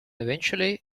eventually